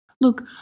Look